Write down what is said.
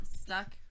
stuck